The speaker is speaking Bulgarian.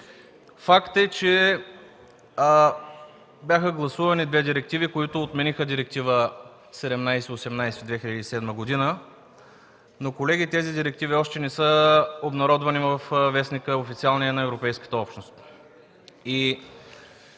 Факт е, че бяха гласувани две директиви, които отмениха Директива 1718 от 2007 г., но колеги, тези директиви още не са обнародвани в официалния вестник на Европейската общност.